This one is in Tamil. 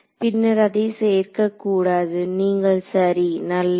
பின்னர் அதை சேர்க்கக்கூடாது நீங்கள் சரி நல்லது